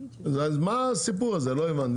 אז מה הסיפור הזה לא הבנתי?